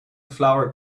flower